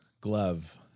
glove